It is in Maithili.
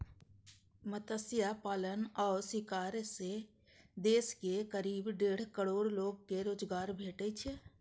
मत्स्य पालन आ शिकार सं देशक करीब डेढ़ करोड़ लोग कें रोजगार भेटै छै